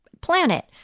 planet